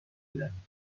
بدهیم